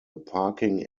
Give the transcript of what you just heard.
parking